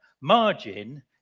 Margin